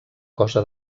cosa